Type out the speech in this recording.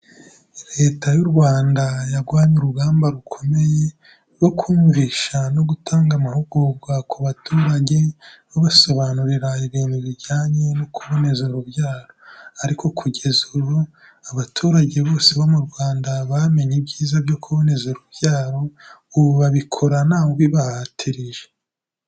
Leta y'u Rwanda yarwanye urugamba rukomeye, rwo kumvisha no gutanga amahugurwa ku baturage, babasobanurira ibintu bijyanye no kuboneza urubyaro ariko kugeza ubu abaturage bose bo mu Rwanda, bamenye ibyiza byo kuboneza urubyaro, ubu babikora ntawe ubibahatirije.